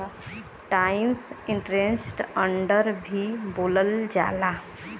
times interest earned भी बोलल जाला